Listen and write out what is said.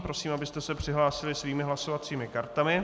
Prosím, abyste se přihlásili svými hlasovacími kartami.